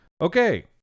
Okay